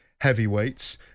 heavyweights